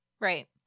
Right